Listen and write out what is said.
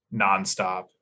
nonstop